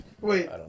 Wait